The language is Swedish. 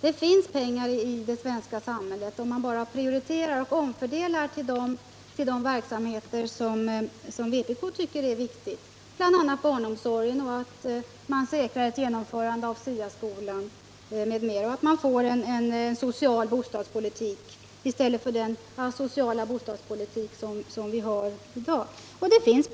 Det finns pengar i det svenska samhället, men det gäller att prioritera och omfördela dem till de verksamheter som vpk tycker är viktiga, bl.a. barnomsorgen, genomförandet av SIA-skolan, en bättre social bostadspolitik i stället för den asociala bostadspolitik som vi har i dag, m.m.